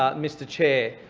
um mr chair.